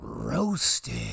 Roasted